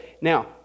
Now